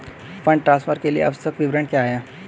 Fund transfer के लिए आवश्यक विवरण क्या हैं?